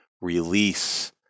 release